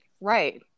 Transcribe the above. right